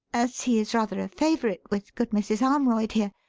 as he is rather a favourite with good mrs. armroyd here,